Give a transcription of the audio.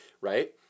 right